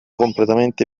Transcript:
completamente